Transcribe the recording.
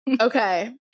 Okay